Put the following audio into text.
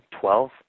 Twelve